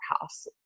house